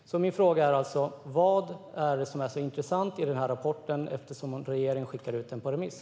Min fråga är alltså: Vad är det som är så intressant i den här rapporten? Det undrar jag eftersom regeringen skickar ut den på remiss.